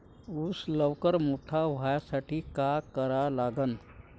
ऊस लवकर मोठा व्हासाठी का करा लागन?